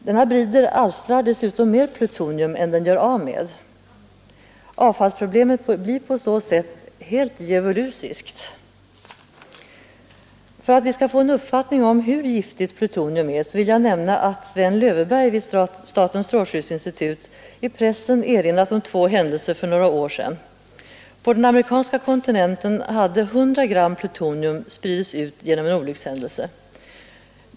Bridreaktorn alstrar dessutom mer plutonium än den gör av med. Avfallsproblemet blir på så sätt helt djävulusiskt. För att vi skall få en uppfattning om hur giftigt plutonium är vill jag nämna att Sven Löfveberg vid statens strålskyddsinstitut i pressen erinrat om två händelser för några år sedan. På den amerikanska kontinenten hade 100 gram plutonium spritts ut genom en olyckshändelse.